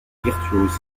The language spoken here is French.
virtuose